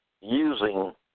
using